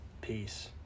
Peace